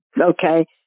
Okay